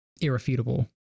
irrefutable